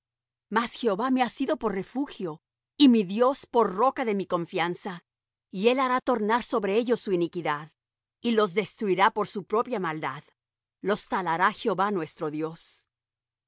mas jehová me ha sido por refugio y mi dios por roca de mi confianza y él hará tornar sobre ellos su iniquidad y los destruirá por su propia maldad los talará jehová nuestro dios